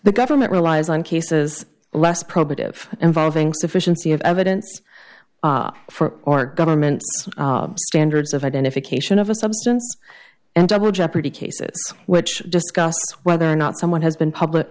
the government relies on cases less probative involving sufficiency of evidence for or government standards of identification of a substance and double jeopardy cases which discuss whether or not someone has been public